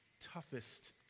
toughest